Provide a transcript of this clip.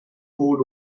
ford